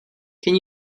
can